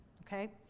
okay